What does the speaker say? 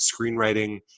screenwriting